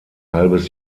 halbes